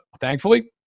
thankfully